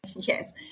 Yes